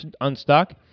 unstuck